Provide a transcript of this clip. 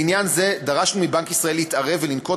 בעניין זה דרשנו מבנק ישראל להתערב ולנקוט